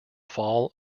fall